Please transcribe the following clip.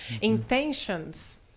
intentions